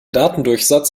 datendurchsatz